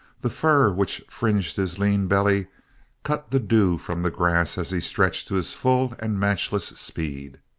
the fur which fringed his lean belly cut the dew from the grass as he stretched to his full and matchless speed.